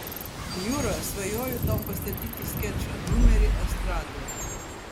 jura svajoju tau pastatyti skečą numerį estradai